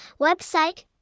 website